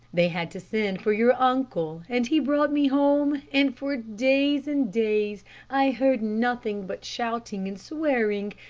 they had to send for your uncle, and he brought me home, and for days and days i heard nothing but shouting and swearing,